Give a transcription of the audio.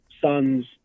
sons